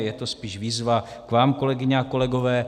Je to spíš výzva k vám, kolegyně a kolegové.